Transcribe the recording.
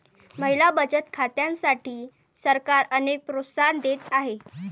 महिला बचत खात्यांसाठी सरकार अनेक प्रोत्साहन देत आहे